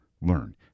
learn